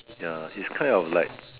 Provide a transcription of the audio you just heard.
ya is kind of like